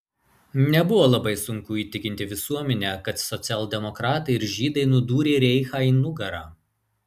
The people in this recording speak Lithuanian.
nebuvo labai sunku įtikinti visuomenę kad socialdemokratai ir žydai nudūrė reichą į nugarą